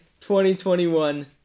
2021